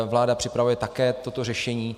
Vláda připravuje také toto řešení.